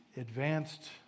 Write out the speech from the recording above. advanced